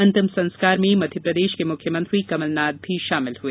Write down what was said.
अंतिम संस्कार में मध्यप्रदेश के मुख्यमंत्री कमलनाथ भी शामिल हुए